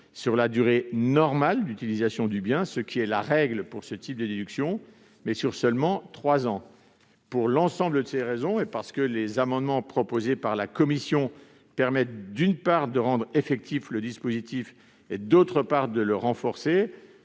sur la durée normale d'utilisation du bien, ce qui est la règle pour ce type de déductions, mais sur seulement trois ans. Pour l'ensemble de ces raisons, et parce que les amendements de la commission permettent de rendre le dispositif effectif et de le renforcer,